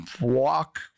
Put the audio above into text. walk